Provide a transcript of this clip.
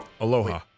Aloha